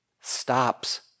stops